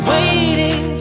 Waiting